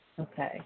Okay